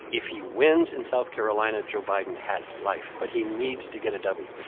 if he wins in south carolina, joe biden has life. but he needs to get a w.